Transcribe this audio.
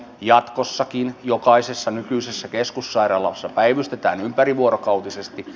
jatkossakin jokaisessa nykyisessä keskussairaalassa päivystetään ympärivuorokautisesti